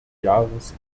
jahres